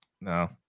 no